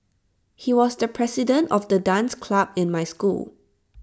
he was the president of the dance club in my school